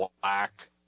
black